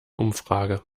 umfrage